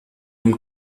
dem